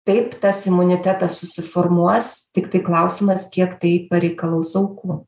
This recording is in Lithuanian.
taip tas imunitetas susiformuos tiktai klausimas kiek tai pareikalaus aukų